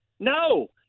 No